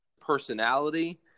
Personality